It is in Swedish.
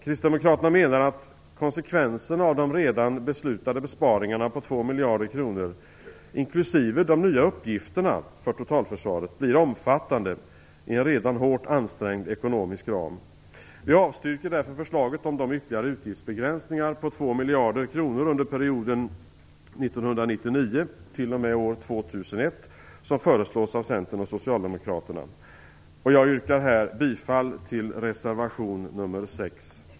Kristdemokraterna menar att konsekvenserna av de redan beslutade besparingarna på 2 miljarder kronor inklusive de nya uppgifterna för totalförsvaret blir omfattande i en redan hårt ansträngd ekonomisk ram. Vi avstyrker därför förslaget om de ytterligare utgiftsbegränsningar på 2 miljarder kronor under perioden 1999 t.o.m. år 2001 som föreslås av Centern och Socialdemokraterna. Jag yrkar bifall till reservation nr 6.